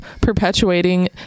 perpetuating